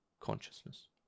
consciousness